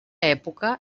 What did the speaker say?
època